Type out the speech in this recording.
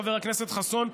חבר הכנסת חסון,